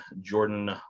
jordan